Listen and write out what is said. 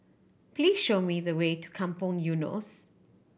please show me the way to Kampong Eunos